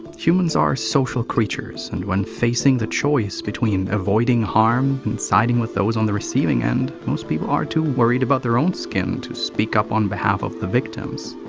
humans are social creatures and when facing the choice between avoiding harm and siding with those on the receiving end, most people are too worried about their own skin to speak up on behalf of the victims.